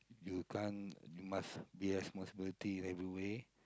you can't you must be responsibility in every way